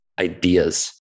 ideas